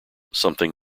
something